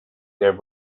there